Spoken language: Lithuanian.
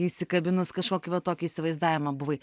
įsikabinus kažkokį va tokį įsivaizdavimą buvai